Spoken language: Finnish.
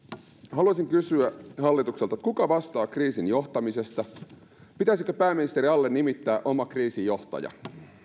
haluaisin kysyä hallitukselta kuka vastaa kriisin johtamisesta pitäisikö pääministerin alle nimittää oma kriisijohtaja